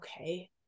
okay